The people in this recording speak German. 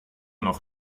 noch